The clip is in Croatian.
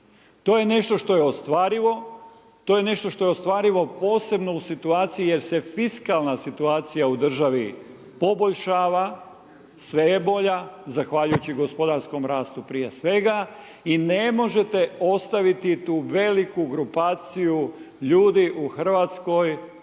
to je nešto što je ostvarivo posebno u situaciji jer se fiskalna situacija u državi poboljšava, sve je bolja zahvaljujući gospodarskom rastu prije svega i ne možete ostaviti tu veliku grupaciju ljudi u Hrvatskoj